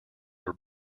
were